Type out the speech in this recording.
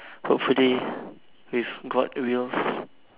hopefully with god will